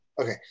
Okay